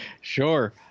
Sure